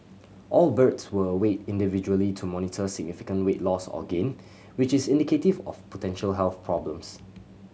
all birds were weighed individually to monitor significant weight loss or gain which is indicative of potential health problems